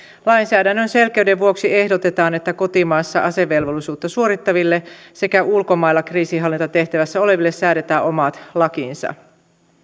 lainsäädännön selkeyden vuoksi ehdotetaan että kotimaassa asevelvollisuutta suorittaville sekä ulkomailla kriisinhallintatehtävissä oleville säädetään omat lakinsa